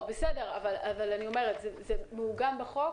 אבל זה מעוגן בחוק?